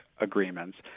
agreements